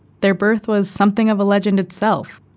their birth was something of a legend itself,